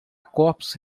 corpos